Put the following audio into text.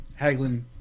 Hagelin